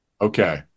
Okay